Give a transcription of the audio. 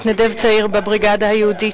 מתנדב צעיר בבריגדה היהודית,